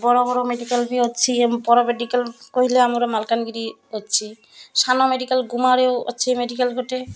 ବଡ଼ ବଡ଼ ମେଡ଼ିକାଲ ବି ଅଛି ବଡ଼ ମେଡ଼ିକାଲ କହିଲେ ଆମର ମାଲକାନଗିରି ଅଛି ସାନ ମେଡ଼ିକାଲ ଗୁମାରେ ଅଛି ମେଡ଼ିକାଲ ଗୋଟେ